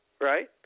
Right